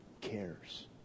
cares